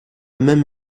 même